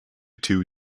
two